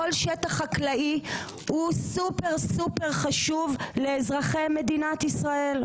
כל שטח חקלאי הוא סופר סופר חשוב לאזרחי מדינת ישראל.